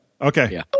Okay